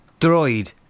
droid